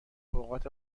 اوقات